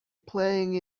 playing